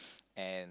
and